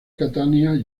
catania